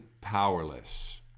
powerless